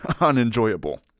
unenjoyable